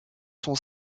son